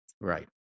Right